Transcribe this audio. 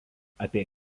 apie